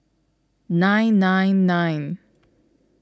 nine nine nine